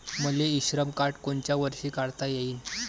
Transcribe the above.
मले इ श्रम कार्ड कोनच्या वर्षी काढता येईन?